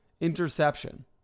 interception